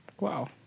Wow